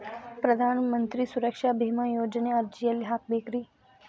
ಪ್ರಧಾನ ಮಂತ್ರಿ ಸುರಕ್ಷಾ ಭೇಮಾ ಯೋಜನೆ ಅರ್ಜಿ ಎಲ್ಲಿ ಹಾಕಬೇಕ್ರಿ?